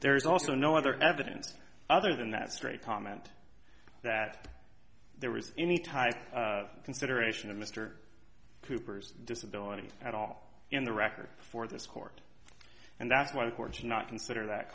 there's also no other evidence other than that straight comment that there was any type consideration of mr cooper's disability at all in the record for this court and that's why the court's not consider that